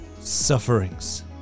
Sufferings